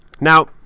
Now